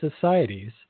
societies